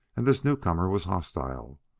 and this newcomer was hostile.